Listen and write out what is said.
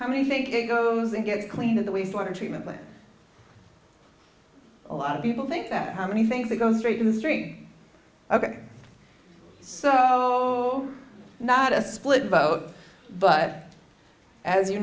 how many think it goes and gets cleaned in the waste water treatment plant a lot of people think that how many things that go straight in the stream ok so not a split vote but as you